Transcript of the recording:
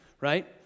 right